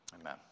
Amen